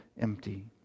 empty